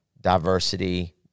diversity